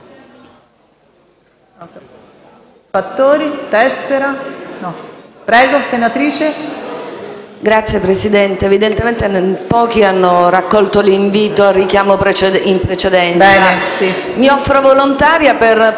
Signora Presidente, evidentemente pochi hanno raccolto l'invito fatto in precedenza. Mi offro volontaria per passare